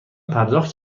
پرداخت